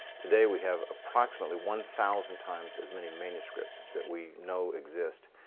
today we have approximately one thousand times as many manuscripts that we know exist.